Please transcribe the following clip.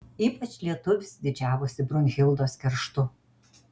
ypač lietuvis didžiavosi brunhildos kerštu